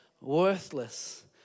worthless